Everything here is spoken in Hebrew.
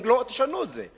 אם לא, תשנו את זה.